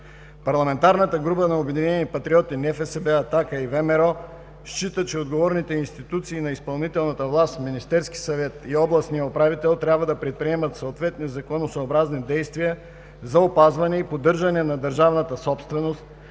Парламентарната група на „Обединени патриоти – НФСБ, „Атака“ и ВМРО“ счита, че отговорните институции на изпълнителната власт – Министерският съвет и областният управител, трябва да предприемат съответни законосъобразни действия за опазване и поддържане на държавната собственост,